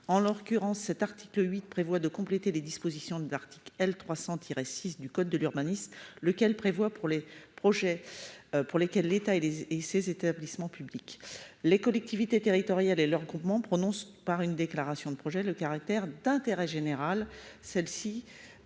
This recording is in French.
en leur Current cet article 8 prévoit de compléter les dispositions de l'article L. 300 tiret 6 du code de l'urbanisme, lequel prévoit pour les projets. Pour lesquels l'État et les et ces établissements publics, les collectivités territoriales et leurs groupements prononce par une déclaration de projet le caractère d'intérêt général. Celle-ci